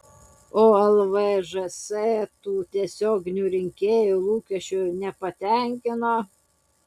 o lvžs tų tiesioginių rinkėjų lūkesčių nepatenkino